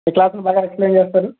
మీకు క్లాసులు బాగా ఎక్సప్లయిన్ చేస్తారు